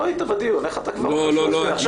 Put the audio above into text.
לא היית בדיון, איך אתה כבר אומר שהוא